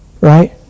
right